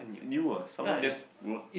you ah someone just wrote that